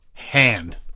hand